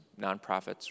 nonprofits